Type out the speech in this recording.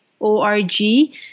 O-R-G